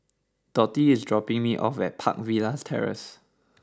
Dotty is dropping me off at Park Villas Terrace